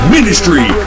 Ministry